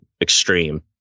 extreme